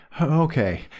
Okay